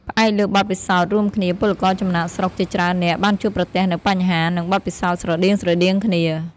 ផ្អែកលើបទពិសោធន៍រួមគ្នាពលករចំណាកស្រុកជាច្រើននាក់បានជួបប្រទះនូវបញ្ហា និងបទពិសោធន៍ស្រដៀងៗគ្នា ។